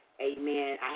amen